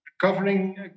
Covering